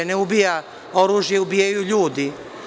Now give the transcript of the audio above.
Ne ubija oružje, ubijaju ljudi.